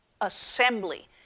assembly